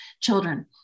children